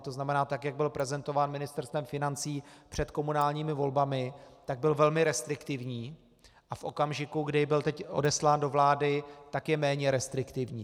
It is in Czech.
To znamená, tak jak byl prezentován Ministerstvem financí před komunálními volbami, tak byl velmi restriktivní a v okamžiku, kdy byl teď odeslán do vlády, tak je méně restriktivní.